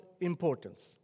importance